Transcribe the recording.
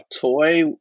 toy